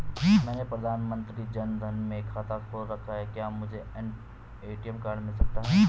मैंने प्रधानमंत्री जन धन में खाता खोल रखा है क्या मुझे ए.टी.एम कार्ड मिल सकता है?